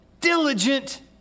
diligent